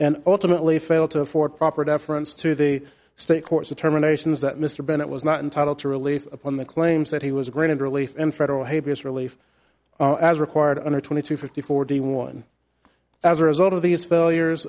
and ultimately fail to afford proper deference to the state court determinations that mr bennett was not entitled to relief upon the claims that he was granted relief in federal habeas relief as required under twenty two fifty forty one as a result of these failures